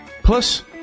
Plus